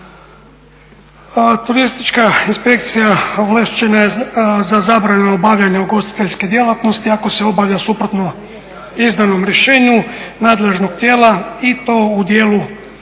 Turistička inspekcija ovlaštena je za zabranu obavljanja ugostiteljske djelatnosti ako se obavlja suprotno izdanom rješenju nadležnog tijela i to u dijelu